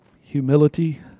humility